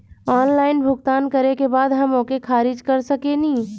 Online भुगतान करे के बाद हम ओके खारिज कर सकेनि?